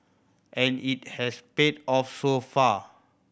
and it has paid off so far